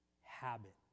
habit